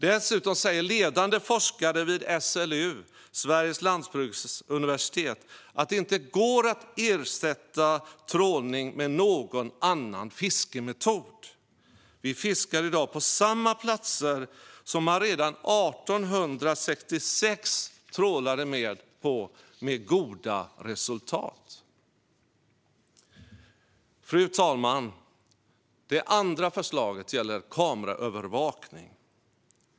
Dessutom säger ledande forskare vid SLU, Sveriges lantbruksuniversitet, att det inte går att ersätta trålning med någon annan fiskemetod. Vi fiskar i dag på samma platser som man redan 1866 trålade på med goda resultat. Fru talman! Det andra förslaget gäller kameraövervakning.